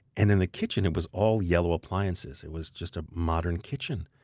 and in the kitchen, it was all yellow appliances. it was just a modern kitchen.